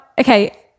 Okay